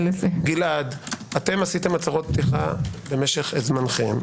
עשיתם הצהרות פתיחה במשך זמנכם,